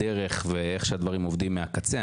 הדרך ואיך שהדברים עובדים מהקצה,